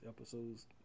episodes